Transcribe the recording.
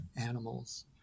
animals